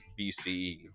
BCE